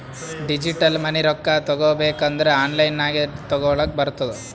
digital money ರೊಕ್ಕಾ ತಗೋಬೇಕ್ ಅಂದುರ್ ಆನ್ಲೈನ್ ನಾಗೆ ತಗೋಲಕ್ ಬರ್ತುದ್